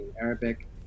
Arabic